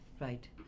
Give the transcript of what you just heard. right